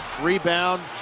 rebound